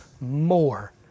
more